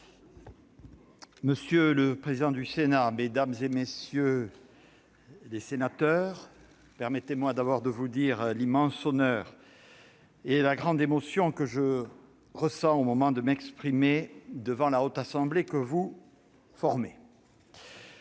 Monsieur le président du Sénat, mesdames, messieurs les sénateurs, permettez-moi tout d'abord de vous dire l'immense honneur et la grande émotion que je ressens au moment de m'exprimer devant la Haute Assemblée que vous formez.